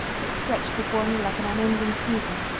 it stretched before me like an unending season.